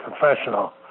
professional